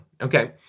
Okay